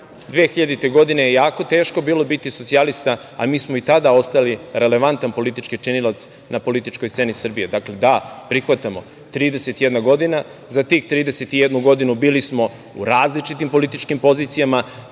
2000. je jako teško bilo biti socijalista, a mi smo i tada ostali relevantan politički činilac na političkoj sceni Srbije. Dakle, da, prihvatamo. Trideset i jedna godina, za tih 31 godinu bili smo u različitim političkim pozicijama.